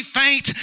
faint